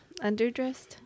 Underdressed